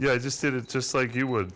yeah i just did it just like you w